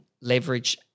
leverage